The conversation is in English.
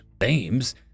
Names